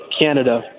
Canada